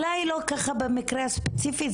אולי לא ככה במקרה הספציפי,